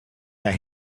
that